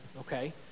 Okay